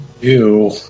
Ew